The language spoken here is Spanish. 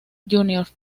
junior